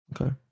Okay